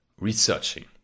researching